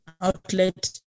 outlet